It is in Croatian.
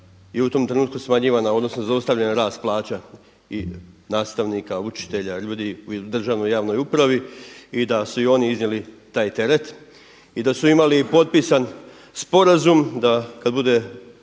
je u tom trenutku smanjivana odnosno zaustavljen rast plaća i nastavnika, učitelja, ljudi u državnoj javnoj upravi i da su i oni iznijeli taj teret i da su imali i potpisan sporazum, da kad bude se